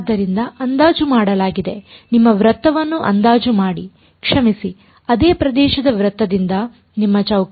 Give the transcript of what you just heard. ಆದ್ದರಿಂದ ಅಂದಾಜು ಮಾಡಲಾಗಿದೆ ನಿಮ್ಮ ವೃತ್ತವನ್ನು ಅಂದಾಜು ಮಾಡಿ ಕ್ಷಮಿಸಿ ಅದೇ ಪ್ರದೇಶದ ವೃತ್ತದಿಂದ ನಿಮ್ಮ ಚೌಕ